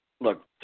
Look